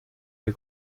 dei